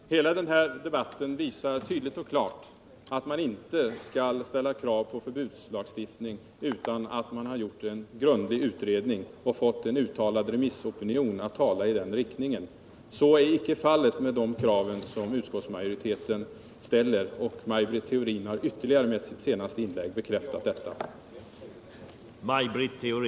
Herr talman! Hela den här debatten visar tydligt och klart att man inte skall ställa krav på förbudslagstiftning utan att man har gjort en grundlig utredning och fått en uttalad remissopinion i den riktningen. Så är icke fallet med de krav som utskottsmajoriteten ställer, och Maj Britt Theorin har med sitt senaste inlägg ytterligare bekräftat detta.